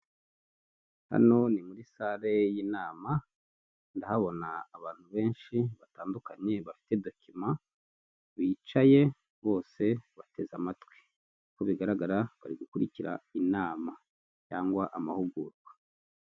Hano ni muri sare y'inama, ndahabona abantu benshi batandukanye bafite dokima, bicaye bose bateze amatwi, uko bigaragara bari gukurikira inama cyangwa amahugurwa.